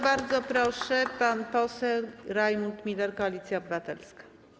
Bardzo proszę, pan poseł Rajmund Miller, Koalicja Obywatelska.